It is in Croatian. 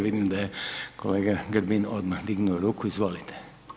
Vidim da je kolega Grbin odmah dignuo ruku, izvolite.